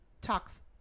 Talks